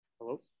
Hello